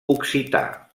occità